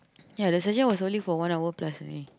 ya the session was only for one hour plus only